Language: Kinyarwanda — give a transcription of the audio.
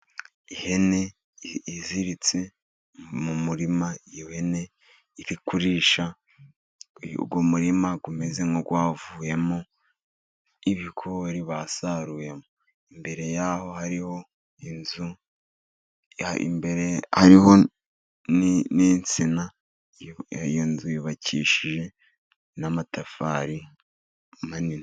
Ihene iziritse mu murima, ihene iri kurisha, uyu murima umeze nk'uwavuyemo ibigori basaruyemo, imbere yaho hariho inzu, imbere hariho n'insina, iyo nzu yubakishije n'amatafari manini.